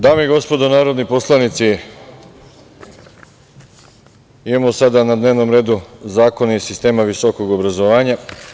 Dame i gospodo narodni poslanici, imamo sada na dnevnom redu zakone iz sistema visokog obrazovanja.